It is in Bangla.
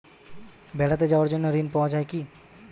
বেড়াতে যাওয়ার জন্য ঋণ পাওয়া যায় কি?